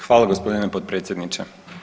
Hvala gospodine potpredsjedniče.